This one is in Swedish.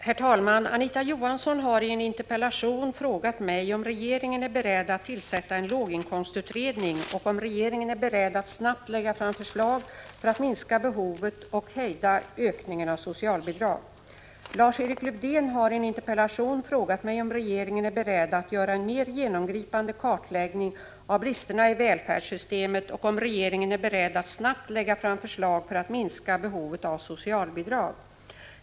Herr talman! Anita Johansson har i en interpellation frågat mig om regeringen är beredd att tillsätta en låginkomstutredning liksom att snabbt lägga fram förslag för att minska behovet av socialbidrag och hejda ökningen av antalet socialbidragstagare. Lars-Erik Lövdén har i en interpellation frågat mig om regeringen är beredd att göra en mer genomgripande kartläggning av bristerna i välfärdssystemet och att snabbt lägga fram förslag för att minska behovet av socialbidrag.